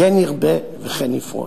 כן ירבה וכן יפרוץ.